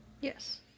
Yes